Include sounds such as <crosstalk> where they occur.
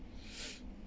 <breath>